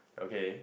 okay